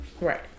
Right